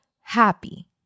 happy